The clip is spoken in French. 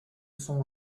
son